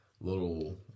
little